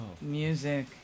music